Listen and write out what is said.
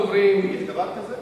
ראשון הדוברים, יש דבר כזה?